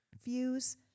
fuse